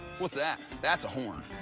what's that? that's a horn.